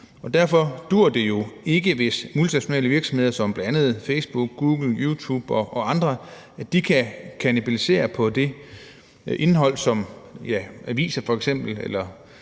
Derfor duer det jo ikke, hvis multinationale virksomheder som bl.a. Facebook, Google, YouTube og andre kan kannibalisere på det indhold, som f.eks. aviser